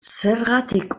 zergatik